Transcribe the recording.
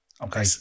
okay